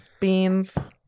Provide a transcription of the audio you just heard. Beans